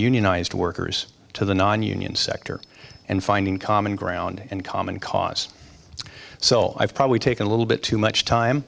unionized workers to the nonunion sector and finding common ground and common cause so i've probably take a little bit too much time